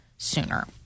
Sooner